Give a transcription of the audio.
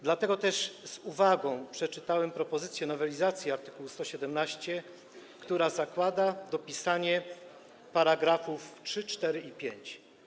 Dlatego też z uwagą przeczytałem propozycję nowelizacji art. 117, która zakłada dopisanie § 3, 4 i 5.